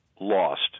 lost